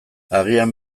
agian